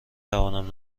توانم